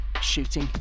Shooting